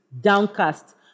downcast